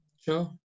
Sure